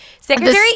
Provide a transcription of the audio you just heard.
Secretary